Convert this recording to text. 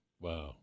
Wow